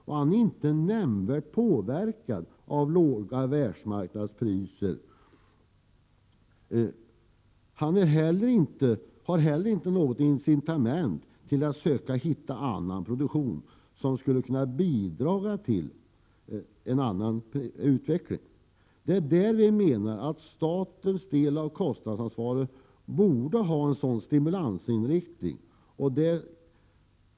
Han påverkas inte nämnvärt av låga världsmarknadspriser. Han har heller inget incitament till att söka annan produktion som skulle kunna bidra till en annan utveckling. Det är där vi menar att statens del av kostnadsansvaret borde ha en sådan stimulansinriktning.